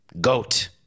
GOAT